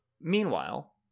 Meanwhile